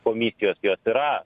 komisijos jos yra